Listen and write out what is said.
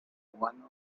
one